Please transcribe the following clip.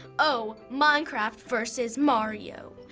oh, minecraft versus mario!